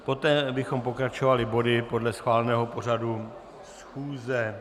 Poté bychom pokračovali body podle schváleného pořadu schůze.